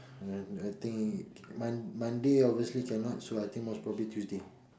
I I think Mon~ Monday obviously cannot so I think most probably Tuesday